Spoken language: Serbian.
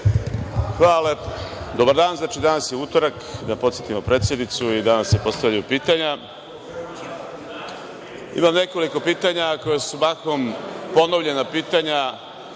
Dobar dan, danas je utorak, da podsetimo predsednicu, i danas se postavljaju pitanja. Imam nekoliko pitanja, koja su mahom ponovljena, jer na